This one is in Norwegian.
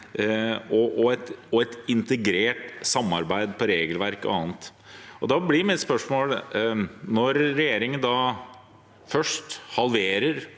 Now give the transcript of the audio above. ha et integrert samarbeid om regelverk og annet. Da blir mitt spørsmål: Når regjeringen da først halverer